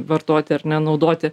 vartoti ar ne naudoti